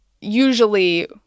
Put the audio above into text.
usually